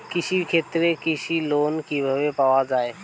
কৃষি ক্ষেত্রে কৃষি লোন কিভাবে পাওয়া য়ায়?